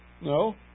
No